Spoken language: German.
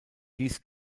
dies